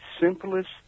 simplest